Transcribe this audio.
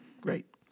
Great